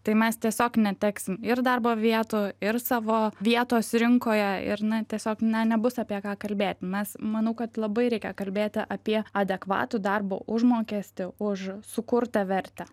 tai mes tiesiog neteksim ir darbo vietų ir savo vietos rinkoje ir na tiesiog ne nebus apie ką kalbėt mes manau kad labai reikia kalbėti apie adekvatų darbo užmokestį už sukurtą vertę